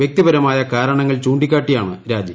വ്യക്തിപരമായ കാരണങ്ങൾ ചൂണ്ടിക്കാട്ടിയാണ് രാജി